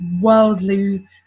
worldly